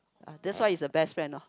that's why is a best friend lor